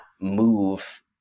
move